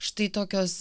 štai tokios